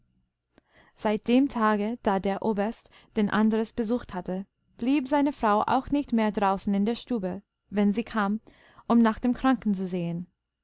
seit dem tage da der oberst den andres besucht hatte blieb seine frau auch nicht mehr draußen in der stube wenn sie kam um nach dem kranken zu sehen